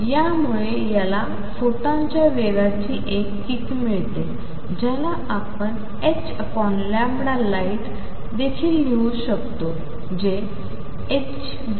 यामुळे याला फोटॉनच्या वेगाची एक किक मिळते ज्याला आपण h light देखील लिहू शकतो जे hνc